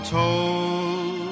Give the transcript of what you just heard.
told